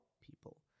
people